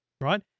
right